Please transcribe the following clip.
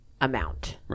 amount